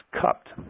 cupped